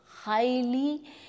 highly